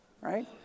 Right